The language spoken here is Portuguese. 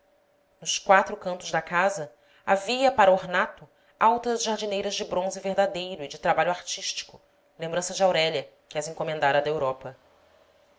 nos quatro cantos da casa havia para ornato altas jardineiras de bronze verdadeiro e de trabalho artístico lembrança de aurélia que as encomendara da europa